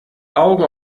augen